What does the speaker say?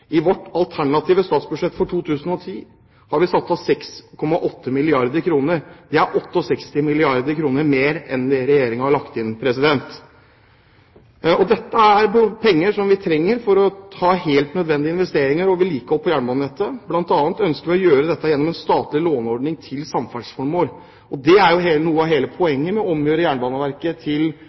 I vårt alternative statsbudsjett for 2010 har vi satt av 6,8 milliarder kr mer enn det Regjeringen har lagt inn. Dette er penger som vi trenger for å ta helt nødvendige investeringer og vedlikehold på jernbanenettet. Blant annet ønsker vi å gjøre dette gjennom en statlig låneordning til samferdselsformål. Det er jo noe av hele poenget med å omgjøre Jernbaneverket til